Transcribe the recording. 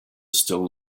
still